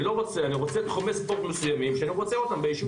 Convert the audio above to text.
אני רוצה תחומי ספורט מסוימים ביישוב שלי.